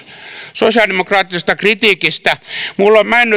sosiaalidemokraattisesta kritiikistä minä en